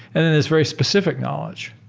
and then there's very specific knowledge,